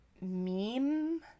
meme